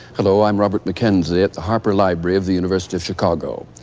hello, i'm robert mckenzie, at the harper library of the university of chicago.